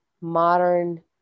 modern